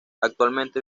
actualmente